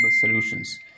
solutions